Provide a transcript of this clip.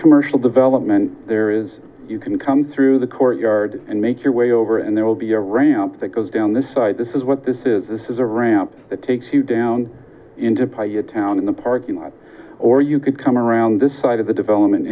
commercial development there is you can come through the courtyard and make your way over and there will be a ramp that goes down this side this is what this is this is a ramp that takes you down into pi your town in the parking lot or you could come around this side of the development